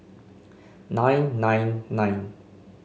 nine nine nine